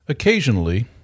Occasionally